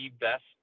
best